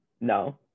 no